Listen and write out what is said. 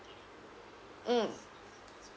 mm